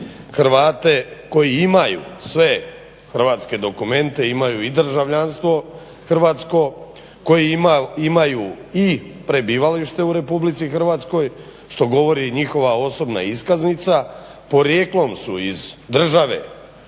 Hrvate koji imaju sve hrvatske dokumente, imaju i državljanstvo hrvatsko, koji imaju i prebivalište u Republici Hrvatskoj što govori i njihova osobna iskaznica, porijeklom su iz države BiH,